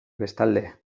bestalde